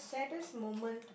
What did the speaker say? saddest moment to